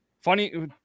Funny